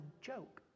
joke